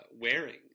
wearing